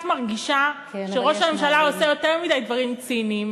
אני קצת מרגישה שראש הממשלה עושה יותר מדי דברים ציניים,